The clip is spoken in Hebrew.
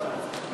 חוק